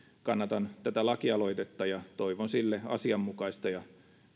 kannatan tätä lakialoitetta ja toivon sille asianmukaista ja